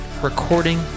recording